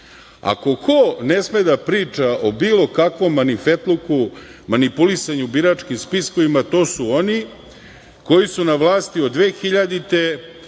ko ne sme da priča o bilo kakvom manifetluku, manipulisanju, biračkim spiskovima, to su oni koji su na vlasti od 2000.